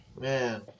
man